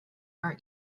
our